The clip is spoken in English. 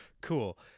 Cool